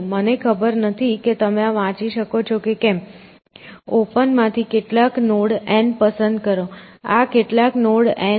મને ખબર નથી કે તમે આ વાંચી શકો છો કે કેમ ઓપન માંથી કેટલાક નોડ N પસંદ કરો આ કેટલાક નોડ N છે